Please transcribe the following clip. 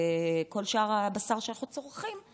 כל שאר הבשר שאנחנו צורכים,